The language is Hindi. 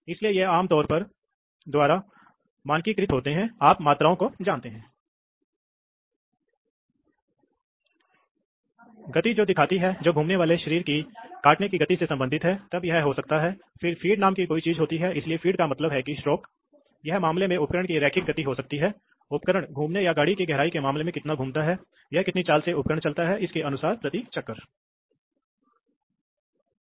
इसलिए आप यहां एक निर्माण देख सकते हैं इसलिए जब सिलेंडर में दबाव डालते समय वे आमतौर पर सिलेंडर से जुड़े होते हैं तो यह है यह बुनियादी तंत्र है यह तंत्र है इसलिए यह ऊपर धकेल रहा है और जब इसे धक्का दिया जाता है तो इसे बंद कर दिया जाता है इसलिए हवा का रास्ता दिखाया जाता है हवा सिलेंडर में बह रही है यह DCV से आ रही है यह DCV या दिशा नियंत्रण वाल्व से है